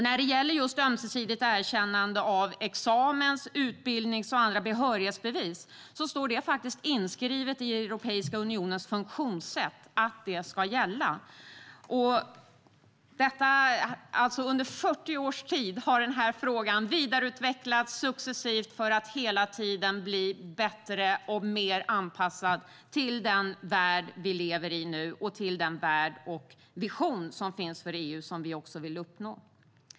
När det gäller ömsesidigt erkännande av examens, utbildnings och andra behörighetsbevis står det inskrivet i fördraget om Europeiska unionens funktionssätt att det ska gälla. Under 40 års tid har man successivt vidareutvecklat detta för att hela tiden åstadkomma en bättre anpassning till den värld vi lever i nu och till den vision som finns för EU och som vi vill förverkliga.